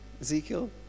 Ezekiel